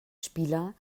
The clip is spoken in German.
spieler